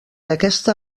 aquesta